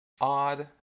odd